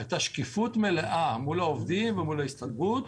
הייתה שקיפות מלאה, אמרו לעובדים ואמרו להסתדרות,